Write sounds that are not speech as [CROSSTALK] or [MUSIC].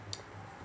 [NOISE]